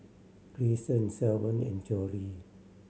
Greyson Shavon and Jory